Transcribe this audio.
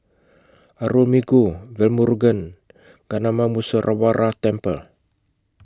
Arulmigu Velmurugan Gnanamuneeswarar Temple